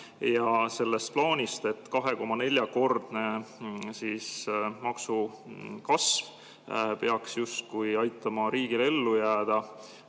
ja selle plaani kohta, et 2,4‑kordne maksukasv peaks justkui aitama riigil ellu jääda.